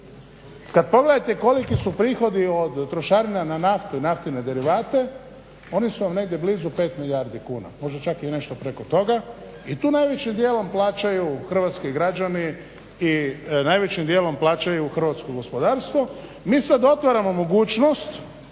Kad pogledate koliki su prihodi od trošarina na naftu i naftne derivate oni su vam negdje blizu 5 milijardi kuna, možda čak i nešto preko toga i tu najvećim dijelom plaćaju hrvatski građani i najvećim dijelom plaćaju hrvatsko gospodarstvo. Mi sad otvaramo mogućnost,